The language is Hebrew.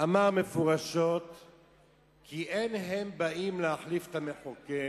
מפורשות שאין הם באים להחליף את המחוקק